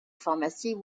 pharmacies